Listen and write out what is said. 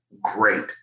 great